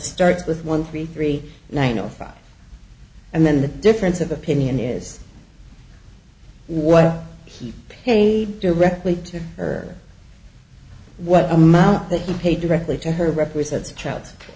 starts with one three three nine zero five and then the difference of opinion is what he paid directly to or what amount that you paid directly to her represents